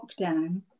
lockdown